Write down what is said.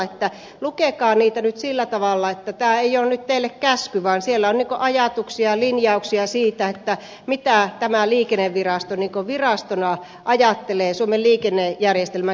lukekaa niitä nyt sillä tavalla että ne eivät ole teille käskyjä vaan siellä on ajatuksia linjauksia siitä mitä tämä liikennevirasto virastona ajattelee suomen liikennejärjestelmän kehittämisestä